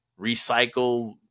recycle